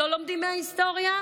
לא לומדים מההיסטוריה?